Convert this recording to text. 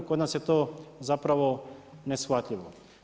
Kod nas je to zapravo neshvatljivo.